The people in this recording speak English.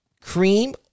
Cream